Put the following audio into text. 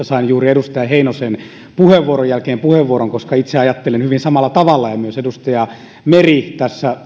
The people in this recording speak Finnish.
sain puheenvuoron juuri edustaja heinosen puheenvuoron jälkeen koska itse ajattelen hyvin samalla tavalla ja myös edustaja meri tässä